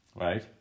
Right